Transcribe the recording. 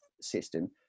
system